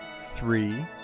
three